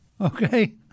Okay